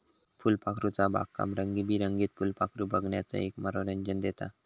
फुलपाखरूचा बागकाम रंगीबेरंगीत फुलपाखरे बघण्याचो एक मनोरंजन देता